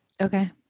Okay